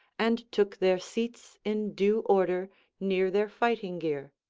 and took their seats in due order near their fighting gear.